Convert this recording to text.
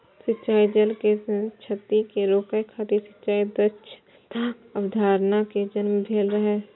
सिंचाइ जल के क्षति कें रोकै खातिर सिंचाइ दक्षताक अवधारणा के जन्म भेल रहै